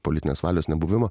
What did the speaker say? politinės valios nebuvimo